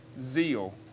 zeal